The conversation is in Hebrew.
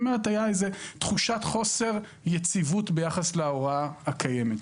כלומר הייתה איזו תחושת חוסר יציבות ביחס להוראה הקיימת.